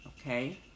okay